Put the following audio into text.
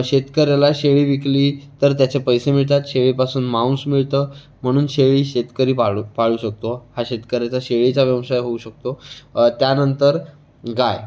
शेतकऱ्याला शेळी विकली तर त्याचे पैसे मिळतात शेळीपासून मांस मिळतं म्हणून शेळी शेतकरी पाळू पाळू शकतो हा शेतकऱ्याचा शेळीचा व्यवसाय होऊ शकतो त्यांनतर गाय